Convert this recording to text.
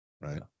Right